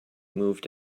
moved